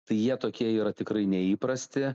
tai jie tokie yra tikrai neįprasti